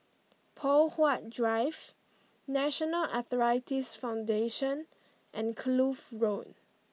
Poh Huat Drive National Arthritis Foundation and Kloof Road